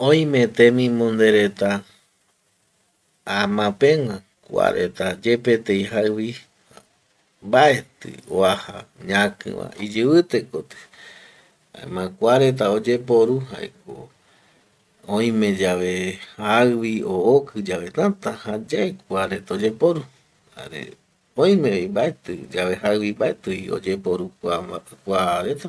Oime temimonde reta ama pegua, kua reta yepetei jaivi mbaeti oaja ñakiva iyivite koti, jaema kua reta oyeporu jaeko oime yave jaivi o oki yave täta jayae kua reta oyeporu jare oimevi mbaeti yave jaivi mbaetivi oyeporu kua reta